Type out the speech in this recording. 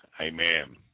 Amen